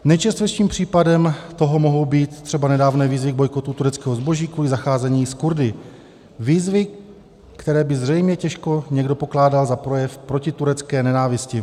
Nejčerstvějším případem toho mohou být třeba nedávné výzvy k bojkotu tureckého zboží kvůli zacházení s Kurdy výzvy, které by zřejmě těžko někdo pokládal za projev protiturecké nenávisti.